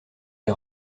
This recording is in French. des